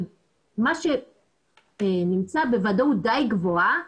מה שנמצא בוודאות די גבוהה,